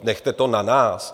Nechte to na nás!